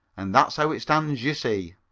and that's how it stands, you see